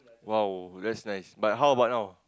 !wow! that's nice but how about now